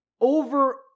over